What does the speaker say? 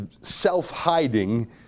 self-hiding